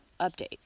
Update